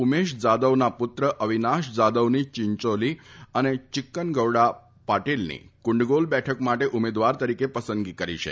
ઉમેશ જાદવના પુત્ર અવિનાશ જાદવની ચીંચોલી અને ચીક્કનગૌડા પાટીલની કુંડગોલ બેઠક માટે ઉમેદવાર તરીકે પસંદગી કરી છે